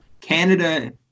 Canada